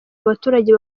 abaturage